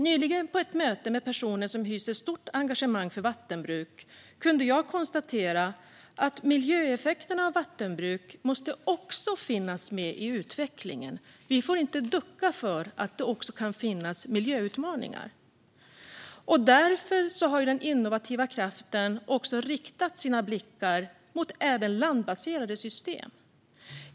Nyligen på ett möte med personer som hyser stort engagemang för vattenbruk kunde jag konstatera att också miljöeffekterna av vattenbruk måste finnas med i utvecklingen. Vi får inte ducka för att det också kan finnas miljöutmaningar. Därför har den innovativa kraften riktat sina blickar även mot landbaserade system.